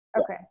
okay